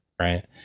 right